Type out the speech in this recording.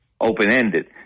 open-ended